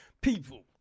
People